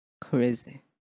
Crazy